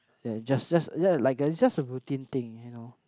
ya just just just like a it's just a routine thing you know